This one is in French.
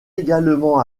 également